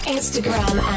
Instagram